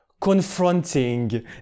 confronting